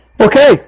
Okay